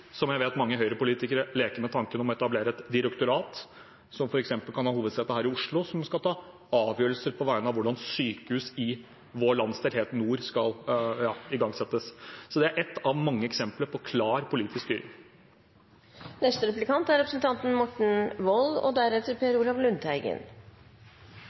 Jeg vet mange Høyre-politikere leker med tanken om å etablere et direktorat som f.eks. kan ha hovedsete her i Oslo, som skal ta avgjørelser om hvordan sykehus i vår nordlige landsdel skal igangsettes. Så det er et av mange eksempler på klar politisk styring.